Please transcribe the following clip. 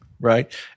Right